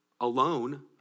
alone